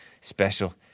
special